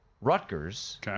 Rutgers